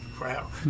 Wow